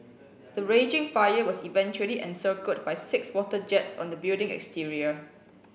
the raging fire was eventually encircled by six water jets on the building exterior